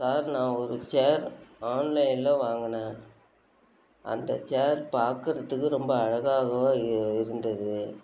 sir நான் ஒரு chair ஆன்லைனில் வாங்கினேன் அந்த சேர் பார்க்குறத்துக்கு ரொம்ப அழகாகவும் இருந்தது